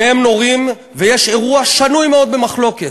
שניהם נורים, ויש אירוע שנוי מאוד במחלוקת.